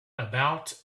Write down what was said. about